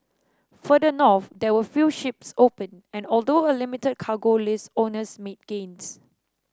further north there were few ships open and although a limited cargo list owners made gains